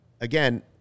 again